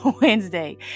Wednesday